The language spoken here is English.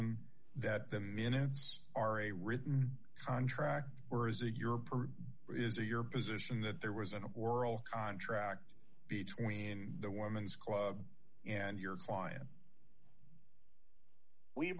position that the minutes are a written contract or is it your per your position that there was an oral contract between the woman's club and your client we